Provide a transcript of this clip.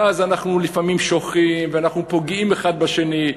ואז לפעמים אנחנו שוכחים ואנחנו פוגעים אחד בשני.